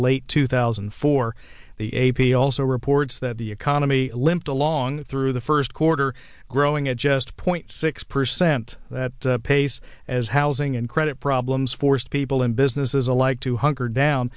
late two thousand and four the a p also reports that the economy limped along through the first quarter growing at just point six percent that pace as housing and credit problems forced people and businesses alike to hunker down